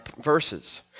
verses